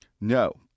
No